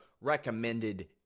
Recommended